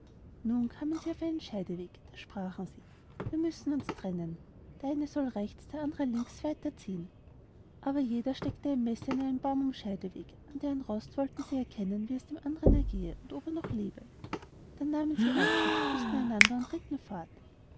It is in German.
nun kamen sie auf einen scheideweg da sprachen sie wir müssen uns trennen und der eine soll rechts der andere links weiter ziehen aber jeder steckte ein messer in einen baum am scheideweg an deren rost wollten sie erkennen wie es dem andern ergehe und ob er noch lebe dann nahmen sie abschied küßten einander und ritten fort